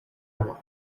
one